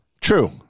True